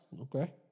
Okay